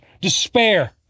despair